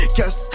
Guess